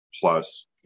plus